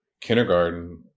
kindergarten